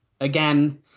again